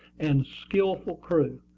and skilful crew.